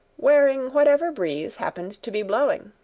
wearing whatever breeze happened to be blowing.